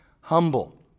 humble